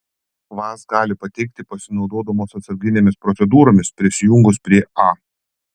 vaz gali pateikti pasinaudodamos atsarginėmis procedūromis prisijungus prie a